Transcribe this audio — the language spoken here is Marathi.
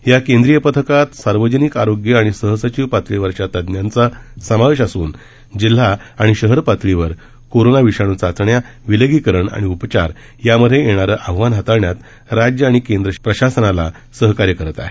या केंद्रीय पथकात सार्वजनिक आरोग्य आणि सहसचिव पातळीवरच्या तज्ञांचा समावेश असून जिल्हा आणि शहर पातळीवर कोरोना विषाणू चाचण्या विलगीकरण आणि उपचार यामध्ये येणारं आव्हान हाताळण्यात राज्य आणि केंद्रशासित प्रदेश प्रशासनाला सहकार्य करत आहेत